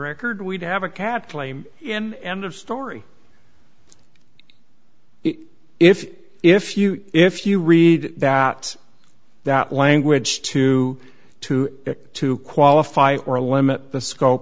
record we'd have a cat claim in end of story if if you if you read that that language to to to qualify or limit the scope